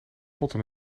potten